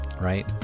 Right